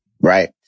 right